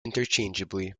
interchangeably